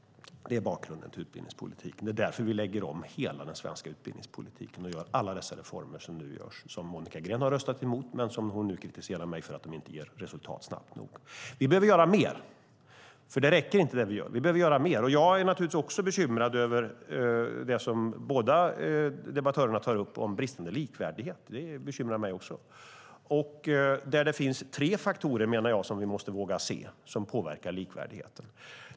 Det är bakgrunden till utbildningspolitiken. Det är därför vi lägger om hela den svenska utbildningspolitiken och gör alla dessa reformer som nu görs och som Monica Green har röstat emot men som hon nu kritiserar mig för att inte ge resultat snabbt nog. Vi behöver göra mer. Det vi gör räcker inte. Vi behöver göra mer, och jag är naturligtvis också bekymrad över det som båda debattörerna tar upp om bristande likvärdighet. Där menar jag att det finns tre faktorer som påverkar likvärdigheten och som vi måste våga se.